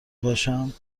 باشم